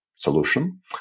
solution